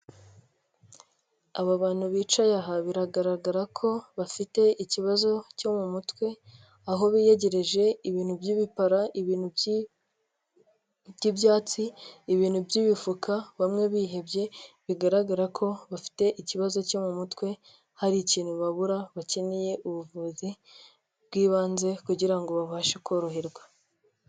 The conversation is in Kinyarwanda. Aba bantu bicaye aha biragaragara ko bafite ikibazo cyo mu mutwe, aho biyegereje ibintu by'ibipara, ibintu by'ibyatsi, ibintu by'ibifuka, bamwe bihebye, bigaragara ko bafite ikibazo cyo mu mutwe, hari ikintu babura bakeneye ubuvuzi bw'ibanze kugira ngo babashe koroherwa.